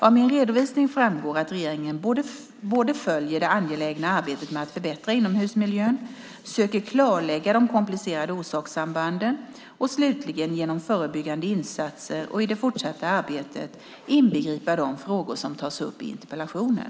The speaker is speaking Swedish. Av min redovisning framgår att regeringen både följer det angelägna arbetet med att förbättra inomhusmiljön och söker klarlägga de komplicerade orsakssambanden och slutligen genom förebyggande insatser och i det fortsatta arbetet inbegripa de frågor som tas upp i interpellationen.